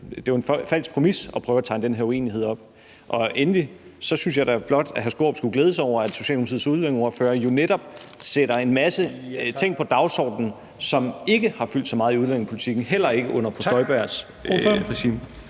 Det er jo en falsk præmis at prøve at tegne den her uenighed op. Endelig synes jeg da blot, at hr. Peter Skaarup skulle glæde sig over, at Socialdemokratiets udlændingeordfører jo netop sætter en masse ting på dagsordenen, som ikke har fyldt så meget i udlændingepolitikken, heller ikke under fru Inger Støjbergs regime.